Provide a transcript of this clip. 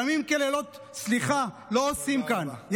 ימים ולילות, סליחה, לא עושים כאן.